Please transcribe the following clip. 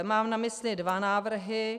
Mám na mysli dva návrhy.